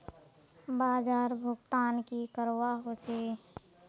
बाजार भुगतान की करवा होचे?